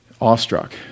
awestruck